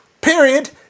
period